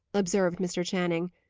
observed mr. channing.